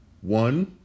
One